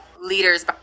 leaders